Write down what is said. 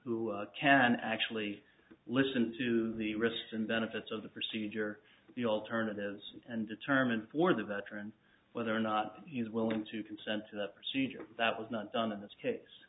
who can actually listen to the risks and benefits of the procedure the alternatives and determine for the veteran whether or not he's willing to consent to the procedure that was not done in this case